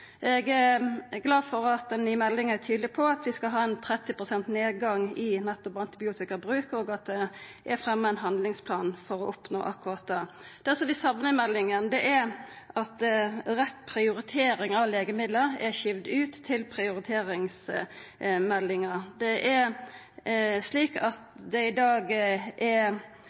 Eg er glad for at ein i meldinga er tydeleg på at vi skal ha 30 pst. nedgang i nettopp antibiotikabruk, og at det er fremja ein handlingsplan for å oppnå akkurat det. Det som vi saknar i meldinga, er at rett prioritering av legemiddel er skuva ut til prioriteringsmeldinga. Det er slik at det i dag er